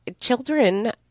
Children